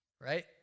right